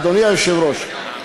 אדוני היושב-ראש,